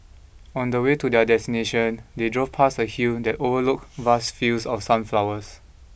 on the way to their destination they drove past a hill that overlooked vast fields of sunflowers